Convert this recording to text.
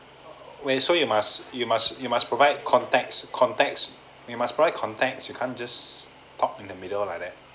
where so you must you must you must provide context context you must provide contacts you can't just talk in the middle like that